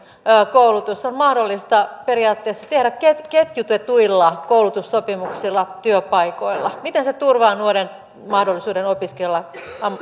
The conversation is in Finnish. koulutus on mahdollista periaatteessa tehdä ketjutetuilla koulutussopimuksilla työpaikoilla miten se turvaa nuoren mahdollisuuden opiskella